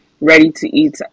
ready-to-eat